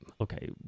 okay